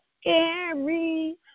scary